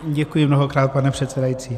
Děkuji mnohokrát, pane předsedající.